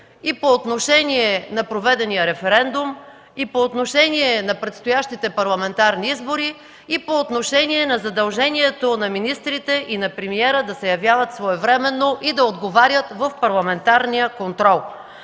И по отношение на проведения референдум, и по отношение на предстоящите парламентарни избори, и по отношение на задължението на министрите и на премиера да се явяват своевременно и да отговарят в парламентарния контрол.